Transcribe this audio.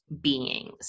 beings